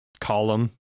column